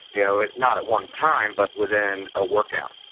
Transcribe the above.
you know not at one time but within workout,